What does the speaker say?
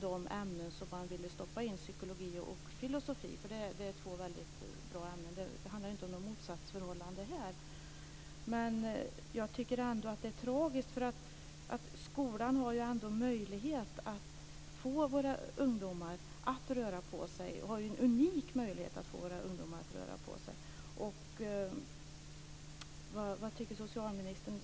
de två ämnen som man ville stoppa in i stället - psykologi och filosofi, två väldigt bra ämnen - men jag tycker ändå att det är tragiskt. Skolan har en unik möjlighet att få våra ungdomar att röra på sig. Vad tycker socialministern?